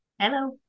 Hello